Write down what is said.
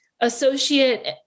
associate